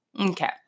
Okay